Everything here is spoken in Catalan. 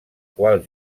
qual